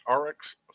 RX